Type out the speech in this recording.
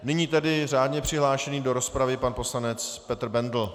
Nyní řádně přihlášený do rozpravy pan poslanec Petr Bendl.